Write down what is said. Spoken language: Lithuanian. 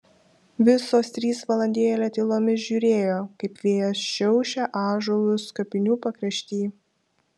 visos trys valandėlę tylomis žiūrėjo kaip vėjas šiaušia ąžuolus kapinių pakrašty